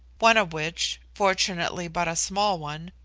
one of which, fortunately but a small one,